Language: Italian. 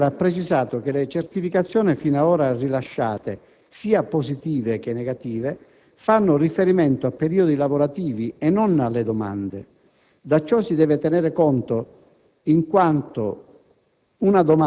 L'INAIL ha precisato che le certificazioni fino ad ora rilasciate - sia positive, sia negative - fanno riferimento a periodi lavorativi e non alle domande; di ciò si deve tenere conto, in quanto